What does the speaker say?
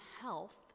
health